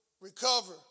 recover